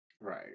right